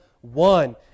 one